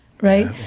right